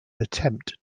attempt